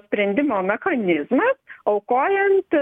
sprendimo mechanizmas aukojant